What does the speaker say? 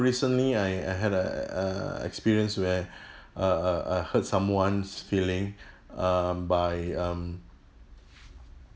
recently I I had a err experience where uh uh I hurt someone's feeling uh by um